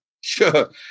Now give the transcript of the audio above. Sure